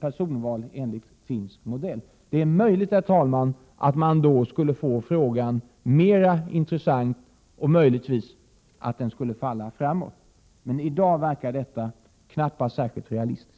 personval enligt finsk modell. Det är möjligt, herr talman, att man då skulle få frågan mera intressant och att den skulle falla framåt, men i dag verkar detta knappast särskilt realistiskt.